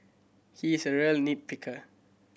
he is a real nit picker